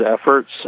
efforts